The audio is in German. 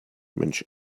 mensch